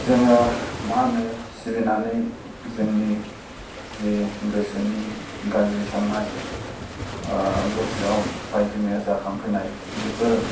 जोङो मा होनो सिबिनानै जोंनि जे गोसोनि गाज्रि साननाय गोसोयाव बायदिमैया जाखांफैनाय बेफोर